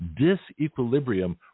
disequilibrium